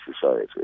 society